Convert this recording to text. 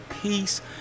peace